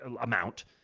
amount